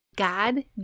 God